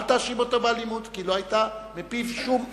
אל תאשים אותו באלימות, כי לא היה בפיו שום איום.